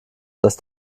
dass